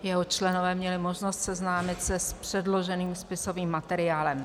Jeho členové měli možnost seznámit se s předloženým spisovým materiálem.